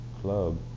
club